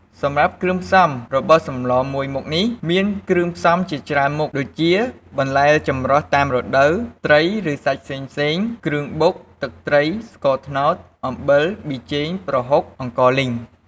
សម្រាប់គ្រឿងផ្សំរបស់សម្លរមួយមុខនេះមានគ្រឿងផ្សំជាច្រើនមុខ ដូចជា បន្លែចម្រុះតាមរដូវ ត្រី ឬ សាច់ផ្សេងៗ គ្រឿងបុក ទឹកត្រី ស្ករត្នោត អំបិល ប៊ីចេង ប្រហុក អង្ករលីង។